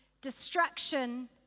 destruction